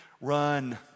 Run